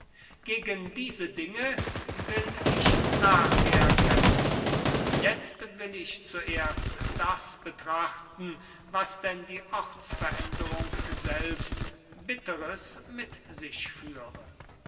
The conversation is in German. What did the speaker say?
gegen diese dinge will ich nachher kämpfen jetzt will ich zuerst das betrachten was denn die ortsveränderung selbst bitteres mit sich führe